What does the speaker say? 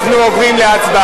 זאת רק הצעה לסדר